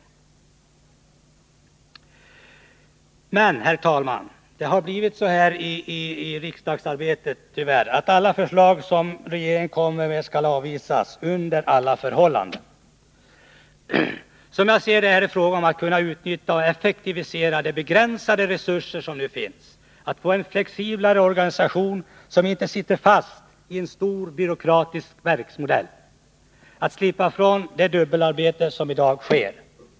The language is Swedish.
Men det har, herr talman, tyvärr blivit så i riksdagsarbetet, att alla förslag som regeringen kommer med skall avvisas — under alla förhållanden. Som jag ser det är det här fråga om att kunna utnyttja och effektivisera de begränsade resurser som nu finns för att få en flexiblare organisation, som inte sitter fast i en stor byråkratisk verksmodell, och för att slippa från det dubbelarbete som i dag sker.